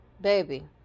baby